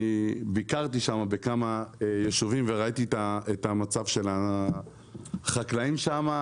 אני ביקרתי שם בכמה יישובים וראיתי את המצב של החקלאים שם,